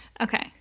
Okay